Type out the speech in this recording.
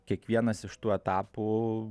kiekvienas iš tų etapų